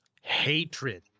hatred